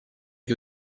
gli